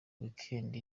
weekend